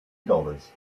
dollars